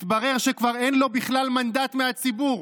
מתברר שכבר אין לו בכלל מנדט מהציבור,